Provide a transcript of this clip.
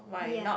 ya